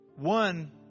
One